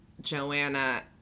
Joanna